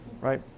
right